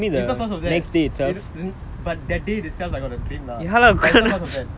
is not because of that it didn't but that day itself I got a dream lah but it's not because of that